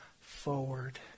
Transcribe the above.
forward